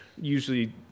usually